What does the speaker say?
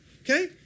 Okay